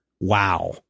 Wow